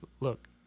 Look